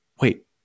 Wait